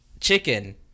Chicken